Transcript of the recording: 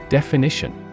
Definition